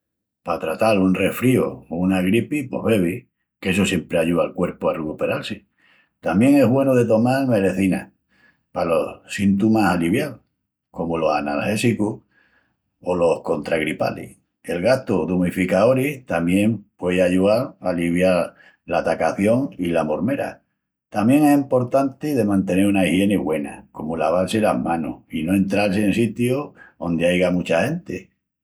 Pa tratal un resfríu o una gripi pos bebi, qu'essu siempri ayúa al cuerpu a recuperal-si. Tamién es güenu de tomal melecinas palos síntumas alivial, comu los analgésicus o los contragripalis. El gastu d'umificaoris tamién puei ayúal a alivial l'atacación i la mormera. Tamién es emportanti de mantenel una igieni güena, comu laval-si las manus i no entral-si en sitius ondi aiga mucha genti.